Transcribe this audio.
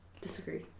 Disagree